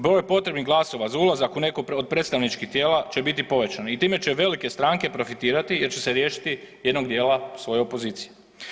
Broj potrebnih glasova za ulazak u neko od predstavničkih tijela će biti povećan i time će velike stranke profitirati jer će se riješiti jednog dijela svoje opozicije.